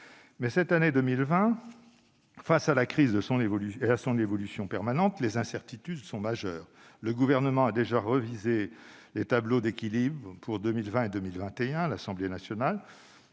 Cette année 2020, face à la crise et à son évolution permanente, les incertitudes sont majeures. Le Gouvernement a déjà révisé les tableaux d'équilibre pour 2020 et pour 2021 à l'Assemblée nationale.